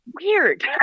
weird